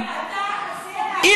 אורן, יש לי שם.